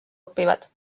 õpivad